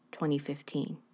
2015